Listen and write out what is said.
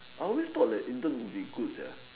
I always thought that intern would be good sia